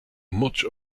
much